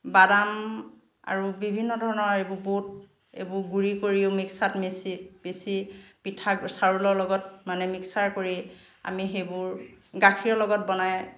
বাদাম আৰু বিভিন্ন ধৰণৰ এইবোৰ বুট এইবোৰ গুড়ি কৰিও মিক্সাত মিচি পিচি পিঠা চাউলৰ লগত মানে মিক্সাৰ কৰি আমি সেইবোৰ গাখীৰৰ লগত বনাই